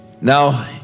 Now